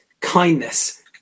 kindness